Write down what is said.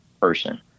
person